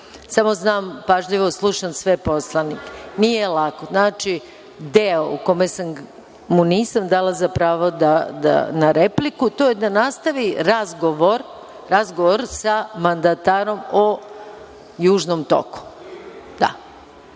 znam da pažljivo slušam sve poslanike. Nije lako. Znači, deo u kome mu nisam dala pravo na repliku to je da nastavi razgovor sa mandatarom o Južnom